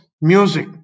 music